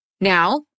Now